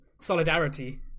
Solidarity